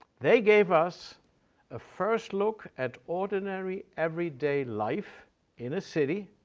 they gave us a first look at ordinary, everyday life in a city,